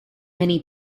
many